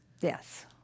yes